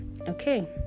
okay